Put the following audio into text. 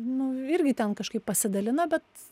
nu irgi ten kažkaip pasidalina bet